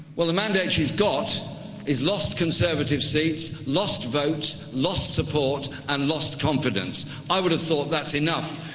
well, the mandate she's got is lost conservative seats, lost votes, lost support and lost confidence. i would have thought that's enough.